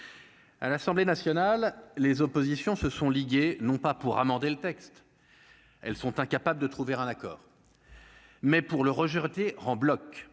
à l'Assemblée nationale, les oppositions se sont ligués non pas pour amender le texte, elles sont incapables de trouver un accord, mais pour le rejeter en bloc,